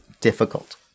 difficult